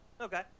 Okay